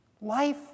life